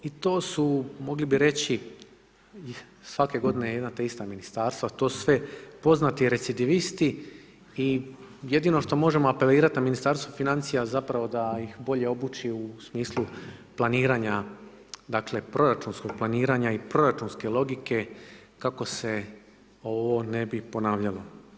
I to su mogli bi reći svake g. jedna te ista ministarstva, to sve poznati recidivisti i jedino što možemo apelirati na Ministarstvo financija zapravo da ih bolje obuči u smislu planiranja proračunskog planiranja i proračunske logike kako se ovo ne bi ponavljalo.